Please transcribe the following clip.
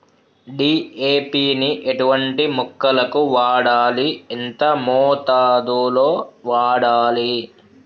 DAP ని ఎటువంటి మొక్కలకు వాడాలి? ఎంత మోతాదులో వాడాలి?